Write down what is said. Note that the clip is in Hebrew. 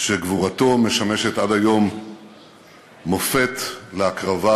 שגבורתו משמשת עד היום מופת להקרבה